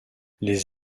les